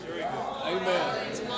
Amen